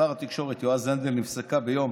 שר התקשורת יועז הנדל נפסקה ביום